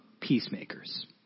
peacemakers